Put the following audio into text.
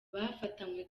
bafatanywe